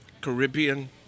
Caribbean